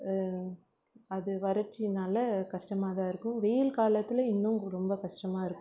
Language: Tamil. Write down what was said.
அது வறட்சியினால் கஷ்டமாக தான் இருக்கும் வெயில் காலத்தில் இன்னும் ரொம்ப கஷ்டமாக இருக்கும்